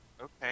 okay